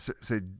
Say